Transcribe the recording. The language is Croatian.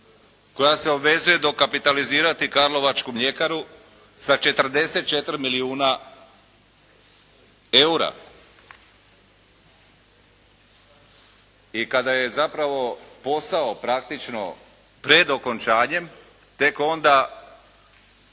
koja se obvezuje dokapitalizirati Karlovačku mljekaru sa 44 milijuna eura. I kada je zapravo posao praktično pred okončanjem, tek onda